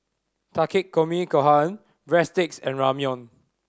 Takikomi Gohan Breadsticks and Ramyeon